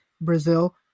Brazil